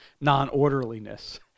non-orderliness